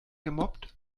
gemobbt